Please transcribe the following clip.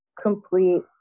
complete